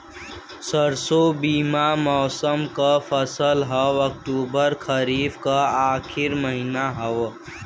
सरसो रबी मौसम क फसल हव अक्टूबर खरीफ क आखिर महीना हव